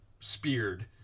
speared